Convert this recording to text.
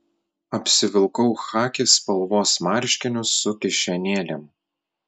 apsivilkau chaki spalvos marškinius su kišenėlėm